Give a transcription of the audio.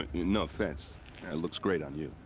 no offense. it looks great on you.